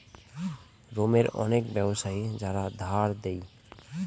রোমের অনেক ব্যাবসায়ী যারা ধার দেয়